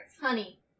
honey